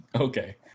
Okay